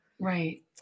right